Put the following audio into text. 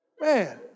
Man